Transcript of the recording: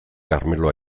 karmelo